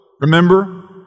Remember